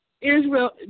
Israel